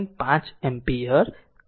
5 ampere છે